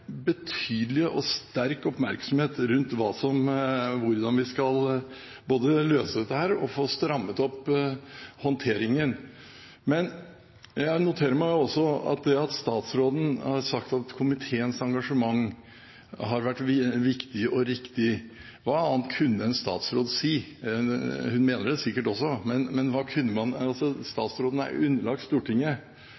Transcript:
betydelig og sterk oppmerksomhet rundt hvordan vi skal både løse dette og få strammet opp håndteringen. Men jeg noterer meg også at statsråden har sagt at komiteens engasjement har vært viktig og riktig. Hva annet kunne en statsråd si? Hun mener det sikkert også, men statsråden er underlagt Stortinget, og når Stortinget spør, får man